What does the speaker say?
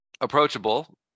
approachable